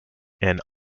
and